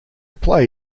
play